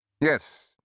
Yes